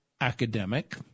academic